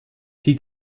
die